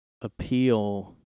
appeal